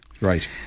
Right